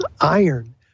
iron